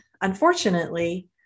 unfortunately